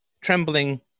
trembling